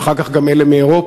ואחר כך גם אלה מאירופה.